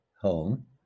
home